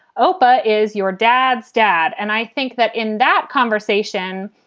opah is your dad's dad. and i think that in that conversation,